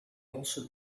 also